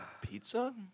pizza